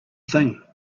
thing